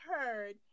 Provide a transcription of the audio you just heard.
heard